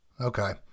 Okay